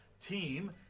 team